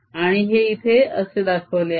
आणि हे इथे असे दाखवले आहे